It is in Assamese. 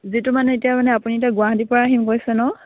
যিটো মানে এতিয়া মানে আপুনি এতিয়া গুৱাহাটীৰ পৰা আহিম কৈছে ন